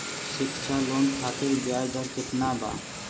शिक्षा लोन खातिर ब्याज दर केतना बा?